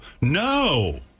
no